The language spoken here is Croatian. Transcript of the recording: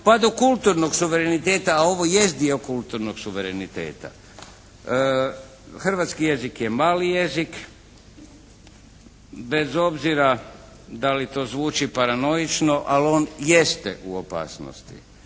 pa do kulturnog suvereniteta, a ovo jest dio kulturnog suvereniteta. Hrvatski jezik je mali jezik, bez obzira da li to zvuči paranoično, ali on jeste u opasnosti.